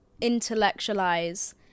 intellectualize